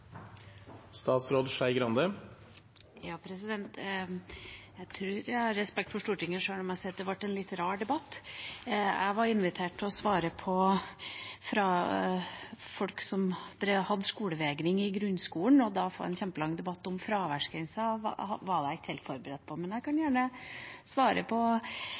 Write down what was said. Jeg tror jeg har respekt for Stortinget sjøl om jeg sier at det ble en litt rar debatt. Jeg var invitert til å svare på spørsmål om barn som sliter med skolevegring i grunnskolen, og da å få en kjempelang debatt om fraværsgrensa var jeg ikke helt forberedt på. Men jeg kan gjerne svare på